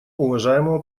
уважаемого